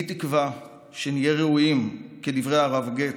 אני תקווה שנהיה ראויים, כדברי הרב גץ,